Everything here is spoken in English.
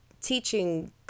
teaching